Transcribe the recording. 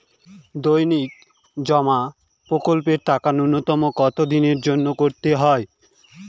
দৈনিক জমা প্রকল্পের টাকা নূন্যতম কত দিনের জন্য করতে হয়?